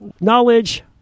knowledge